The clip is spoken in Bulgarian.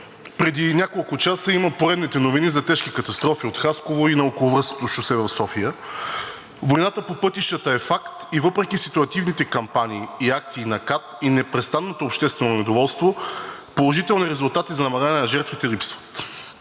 Преди няколко часа има поредните новини за тежки катастрофи от Хасково и на околовръстното шосе в София. Войната по пътищата е факт и въпреки ситуативните кампании и акции на КАТ и непрестанното обществено недоволство, положителни резултати за намаляване на жертвите липсват.